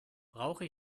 brauche